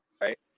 right